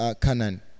Canaan